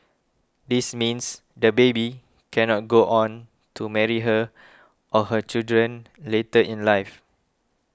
this means the baby cannot go on to marry her or her children later in life